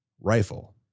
rifle